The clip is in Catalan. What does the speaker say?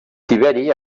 tiberi